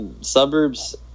suburbs